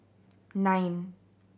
nine